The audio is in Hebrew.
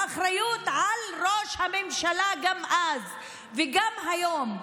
האחריות על ראש הממשלה גם אז וגם היום.